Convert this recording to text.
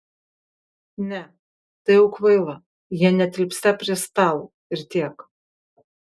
ne tai jau kvaila jie netilpsią prie stalo ir tiek